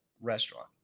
restaurant